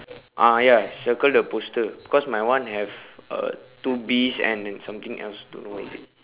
ah ya circle the poster because my one have uh two bees and something else don't know what is it